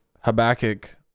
Habakkuk